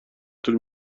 طول